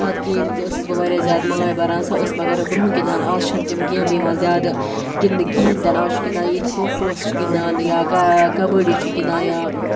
تَتھ گیٚمہِ تہِ ٲسٕس بہٕ واریاہ زیادٕ ماے بَران سۄ ٲس مگر برٛونٛہہ گِنٛدان اَز چھَنہٕ تِم گیٚمہٕ یِوان زیادٕ گِنٛدنہٕ کِہیٖنٛۍ تہِ نہٕ اَز چھُ گِنٛدان ییٚتہِ کھو کھووہَس چھِ گِنٛدان یا ک کَبڈی چھِ گِنٛدان یا